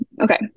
Okay